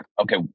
okay